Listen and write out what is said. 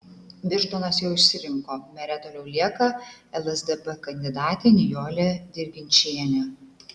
birštonas jau išsirinko mere toliau lieka lsdp kandidatė nijolė dirginčienė